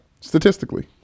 Statistically